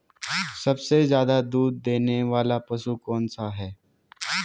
सबसे ज़्यादा दूध देने वाला पशु कौन सा है?